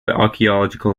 archaeological